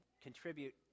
contribute